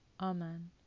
Amen